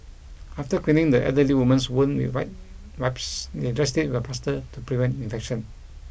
after cleaning the elderly woman's wound with wet wipes they dressed it with a plaster to prevent infection